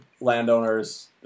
landowners